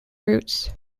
roots